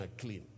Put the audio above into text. clean